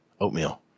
oatmeal